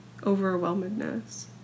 overwhelmedness